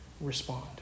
respond